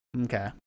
Okay